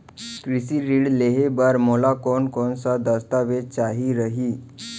कृषि ऋण लेहे बर मोला कोन कोन स दस्तावेज चाही रही?